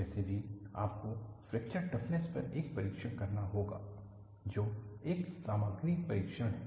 वैसे भी आपको फ्रैक्चर टफनेस पर एक परीक्षण करना होगा जो एक सामग्री परीक्षण है